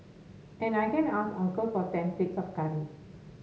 and I can ask uncle for ten plates of curry